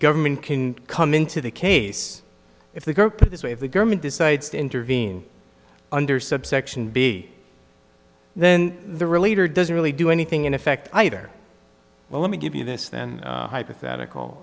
government can come into the case if the group of this way of the government decides to intervene under subsection b then the relator doesn't really do anything in effect either well let me give you this then hypothetical